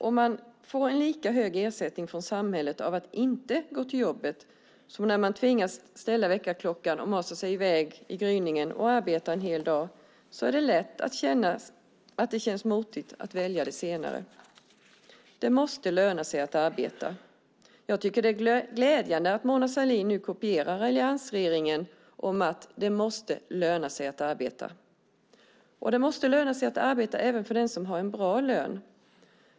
Om man får en lika hög ersättning från samhället när man inte går till jobbet som när man tvingas ställa väckarklockan och masa sig i väg i gryningen och arbeta en hel dag är det lätt att det känns motigt att välja det senare. Det måste löna sig att arbeta. Jag tycker att det är glädjande att Mona Sahlin nu kopierar alliansregeringen och säger att det måste löna sig att arbeta. Det måste löna sig att arbeta även för den som har en bra lön.